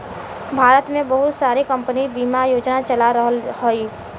भारत में बहुत सारी कम्पनी बिमा योजना चला रहल हयी